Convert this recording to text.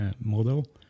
model